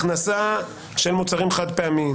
הכנסה של מוצרים חד פעמיים